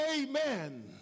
amen